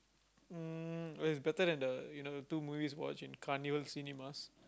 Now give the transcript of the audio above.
mm oh it's better than the you know the two movies we watch in carnival cinemas